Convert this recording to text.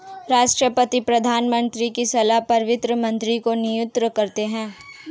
राष्ट्रपति प्रधानमंत्री की सलाह पर वित्त मंत्री को नियुक्त करते है